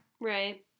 Right